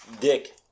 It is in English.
dick